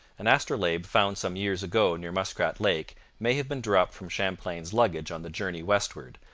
an astrolabe found some years ago near muskrat lake may have been dropped from champlain's luggage on the journey westward,